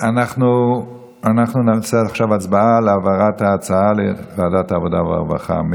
אנחנו נעשה עכשיו הצבעה על העברת ההצעה לוועדת העבודה והרווחה.